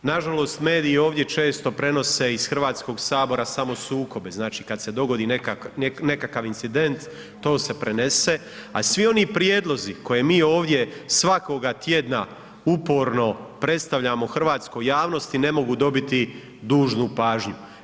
Nažalost mediji ovdje često prenose iz Hrvatskog sabora samo sukobe, znači kada se dogodi nekakav incident to se prenese a svi oni prijedlozi koje mi ovdje svakoga tjedna uporno predstavljamo hrvatskoj javnosti ne mogu dobiti dužnu pažnju.